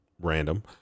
random